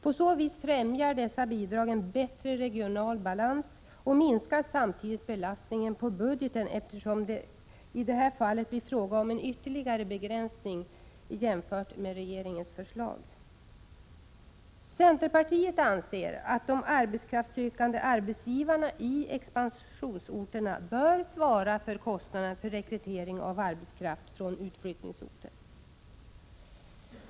På så vis främjar dessa bidrag en bättre regional balans och minskar samtidigt belastningen på budgeten, eftersom det då blir fråga om en ytterligare begränsning av flyttningsbidraget jämfört med regeringens förslag. Centerpartiet anser att de arbetskraftssökande arbetsgivarna i expansionsorterna bör svara för kostnaderna för rekrytering av arbetskraft från utflyttningsorter.